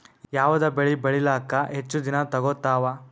ಯಾವದ ಬೆಳಿ ಬೇಳಿಲಾಕ ಹೆಚ್ಚ ದಿನಾ ತೋಗತ್ತಾವ?